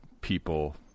people